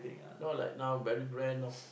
not like now very grand know